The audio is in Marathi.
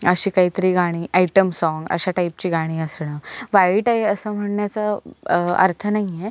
अशी काहीतरी गाणी आयटम सॉंग अशा टाईपची गाणी असणं वाईट आहे असं म्हणण्याचं अर्थ नाही आहे